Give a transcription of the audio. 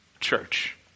church